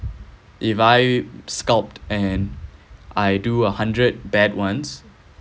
if I sculpt and I do a hundred bad ones